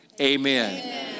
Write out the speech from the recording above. amen